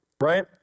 right